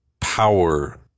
power